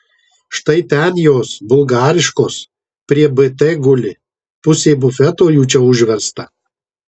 štai ten jos bulgariškos prie bt guli pusė bufeto jų čia užversta